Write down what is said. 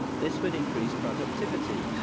this would increase productivity,